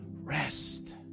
rest